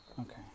Okay